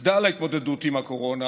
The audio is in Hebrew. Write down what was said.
מחדל ההתמודדות עם הקורונה